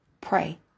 Pray